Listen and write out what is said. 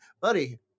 buddy